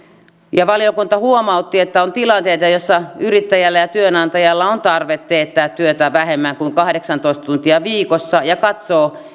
ja valiokunta huomautti että on tilanteita joissa yrittäjällä ja työnantajalla on tarve teettää työtä vähemmän kuin kahdeksantoista tuntia viikossa ja katsoo